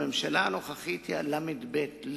הממשלה הנוכחית היא הל"ב,